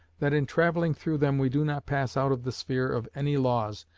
that in travelling through them we do not pass out of the sphere of any laws,